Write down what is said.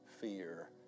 fear